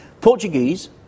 Portuguese